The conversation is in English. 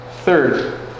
Third